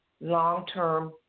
long-term